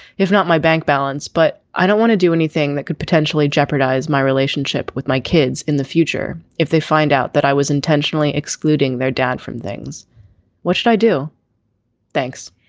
not my bank balance but i don't want to do anything that could potentially jeopardize my relationship with my kids in the future. if they find out that i was intentionally excluding their dad from things what should i do thanks.